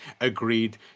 agreed